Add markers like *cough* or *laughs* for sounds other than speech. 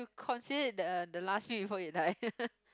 consider it the the last meal before you die *laughs*